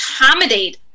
accommodate